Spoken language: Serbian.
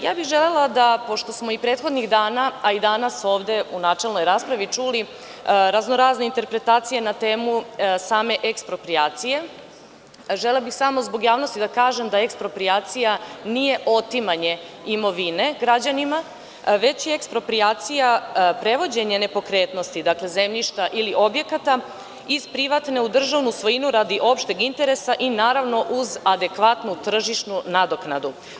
Ja bih želela, pošto smo i prethodnih dana, a i danas ovde u načelnoj raspravi čuli raznorazne interpretacije na temu same eksproprijacije, želela bih samo zbog javnosti da kažem da eksproprijacija nije otimanje imovine građanima, već je eksproprijacija prevođenje nepokretnosti, dakle zemljišta ili objekata iz privatne u državnu svojinu radi opšteg interesa i naravno uz adekvatnu tržišnu nadoknadu.